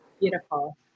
beautiful